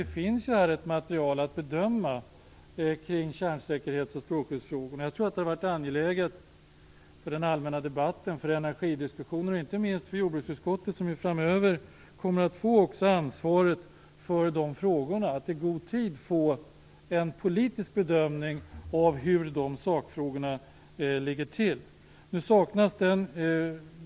Det finns ett material kring kärnsäkerhets och strålskyddsfrågor att bedöma, och jag menar att det är angeläget för den allmänna debatten, för energidiskussionen och inte minst för jordbruksutskottet, som ju framöver kommer att få ansvaret också för de frågorna, att vi i god tid får en politisk bedömning av hur de här sakfrågorna ligger till. Nu saknas en sådan bedömning.